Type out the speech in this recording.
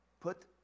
Put